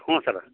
ಹ್ಞೂ ಸರ